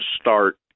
start